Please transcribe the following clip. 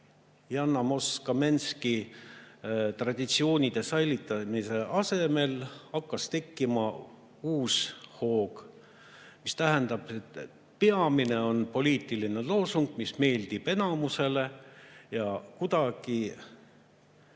Jan Amos Komenský traditsioonide säilitamise asemel tekkima uus hoog. See tähendab, et peamine on poliitiline loosung, mis meeldib enamusele, ja kuidagi